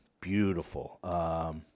beautiful